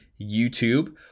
YouTube